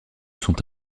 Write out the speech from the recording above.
sont